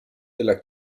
della